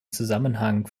zusammenhang